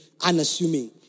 unassuming